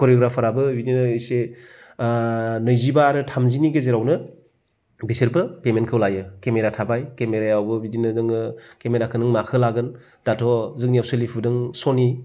करिय'ग्राफाराबो बिदिनो इसे नैजिबा आरो थामजिनि गेजेरावनो बिसोरबो पेमेन्टखौ लायो केमेरा थाबाय केमेरायावबो बिदिनो जोङो केमेराखो नों माखौ लागोन दाथ' जोंनियाव सोलिफुदों सनि